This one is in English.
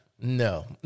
no